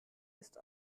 ist